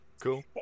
cool